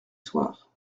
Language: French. soir